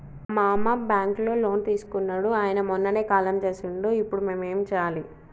మా మామ బ్యాంక్ లో లోన్ తీసుకున్నడు అయిన మొన్ననే కాలం చేసిండు ఇప్పుడు మేం ఏం చేయాలి?